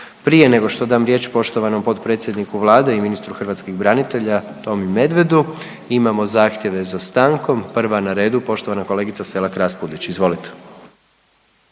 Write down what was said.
Prije nego što dam riječ poštovanom potpredsjedniku Vlade i ministru hrvatskih branitelja Tomi Medvedu imamo zahtjeve za stankom, prva na redu poštovana kolegica SElak Raspudić. Izvolite.